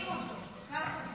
אם שמים איום על השולחן, מממשים